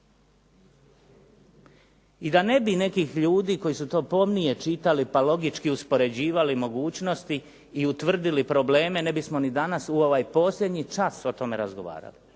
I da ne bi nekih ljudi koji su to pomnije čitali pa logički uspoređivali mogućnosti i utvrdili probleme ne bismo ni danas u ovaj posljednji čas o tome razgovarali.